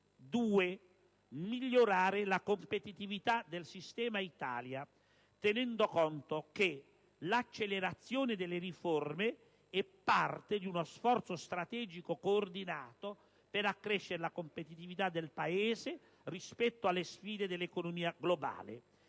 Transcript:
migliorare la competitività del sistema-Italia, tenendo conto che l'accelerazione delle riforme è parte di uno sforzo strategico coordinato per accrescere la competitività del Paese rispetto alle sfide dell'economia globale: